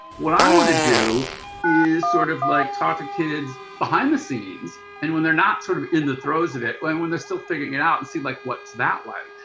what i want to do is sort of like talk to kids behind the scenes and when they're not sort of in the throes of it. but when they're still figuring it out and see like what's that like.